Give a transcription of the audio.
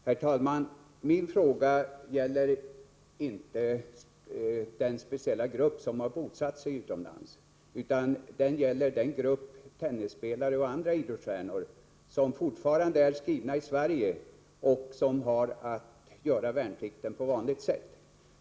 Herr talman! Min fråga gäller inte den speciella grupp som har bosatt sig utomlands utan den grupp tennisspelare och andra idrottsstjärnor som fortfarande är skrivna i Sverige och som har att göra värnplikten på vanligt sätt.